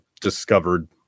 discovered